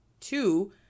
Two